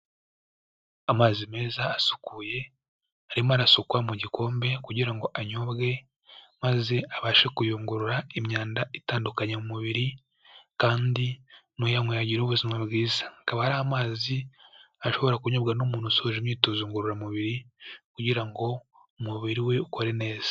Amazi meza asukuye, arimo arasukwa mu gikombe kugira ngo anyobwe, maze abashe kuyungurura imyanda itandukanye mu mubiri, kandi n'uyanyweye agire ubuzima bwiza. Hakaba hari amazi ashobora kunyubwa n'umuntu usoje imyitozo ngororamubiri kugira ngo umubiri we ukore neza.